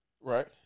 Right